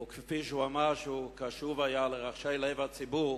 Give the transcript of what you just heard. וכפי שהוא אמר שהוא קשוב היה לרחשי לב הציבור